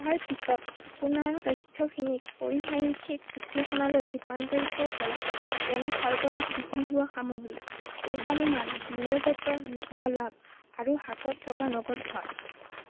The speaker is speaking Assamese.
তাৰ পিছত আপোনাৰ তথ্যখিনিক পৰিসাংখ্যিক বিশ্লেষণলৈ ৰূপান্তৰিত কৰক যেনে সৰ্বাধিক বিক্ৰী হোৱা সামগ্ৰী পূৰ্বানুমান বিনিয়োগত হোৱা লাভ আৰু হাতত থকা নগদ ধন